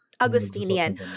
Augustinian